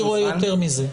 אני רואה יותר מזה.